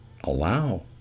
allow